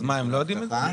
אז מה, הם לא יודעים את זה?